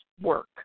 work